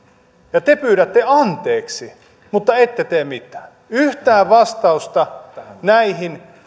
ja te pyydätte anteeksi mutta ette tee mitään yhtään vastausta näihin